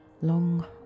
long